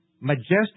majestic